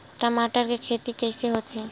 टमाटर के खेती कइसे होथे?